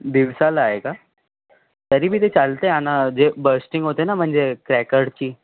दिवसाला आहे का तरीही ते चालते आणि जे बस्टिन्ग होते ना म्हणजे क्रॅकरची